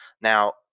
Now